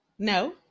No